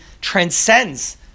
transcends